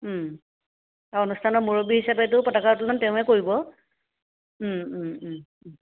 অনুষ্ঠানৰ মুৰব্বী হিচাপেতো পতাকা উত্তোলন তেওঁৱে কৰিব